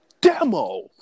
demo